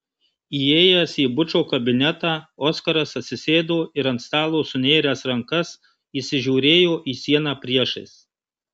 įėjęs į bučo kabinetą oskaras atsisėdo ir ant stalo sunėręs rankas įsižiūrėjo į sieną priešais